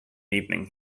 evening